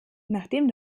nachdem